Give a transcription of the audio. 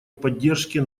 поддержке